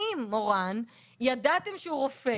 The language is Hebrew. אם ידעתם שהוא רופא